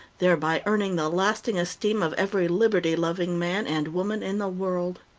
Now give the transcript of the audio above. thereby earning the lasting esteem of every liberty loving man and woman in the world.